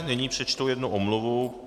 Nyní přečtu jednu omluvu.